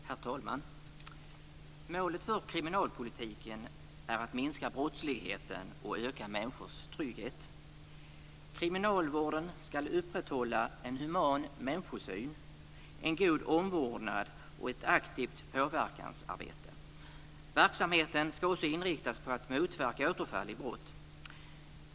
Herr talman! Målet för kriminalpolitiken är att minska brottsligheten och att öka människors trygghet. Kriminalvården ska upprätthålla en human människosyn, en god omvårdnad och ett aktivt påverkansarbete. Verksamheten ska också inriktas på att motverka återfall i brott.